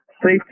Safety